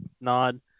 nod